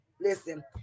listen